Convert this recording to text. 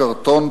קרטון,